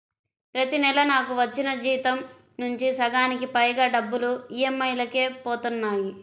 ప్రతి నెలా నాకు వచ్చిన జీతం నుంచి సగానికి పైగా డబ్బులు ఈ.ఎం.ఐ లకే పోతన్నాయి